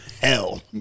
hell